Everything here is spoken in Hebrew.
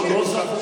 רק צריך לבקש.